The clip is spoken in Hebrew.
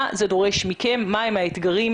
מה זה דורש מכם, מה הם האתגרים,